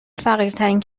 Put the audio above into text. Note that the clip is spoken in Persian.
فقیرترین